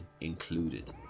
included